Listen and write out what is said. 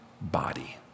body